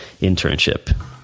internship